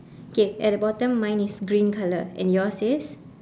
K at the bottom mine is green colour and yours is